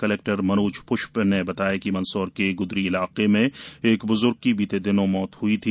collector Manoj Pushp ने बताया कि मन्दसौर के ग्दरी इलाके में एक ब्ज्र्ग की बीते दिनों मौत हई थी